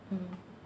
mm